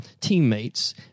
teammates